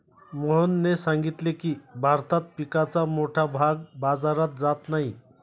मोहनने सांगितले की, भारतात पिकाचा मोठा भाग बाजारात जात नाही